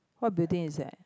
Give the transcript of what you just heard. what building is that